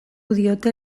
diote